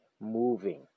moving